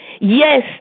yes